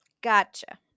gotcha